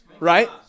Right